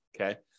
Okay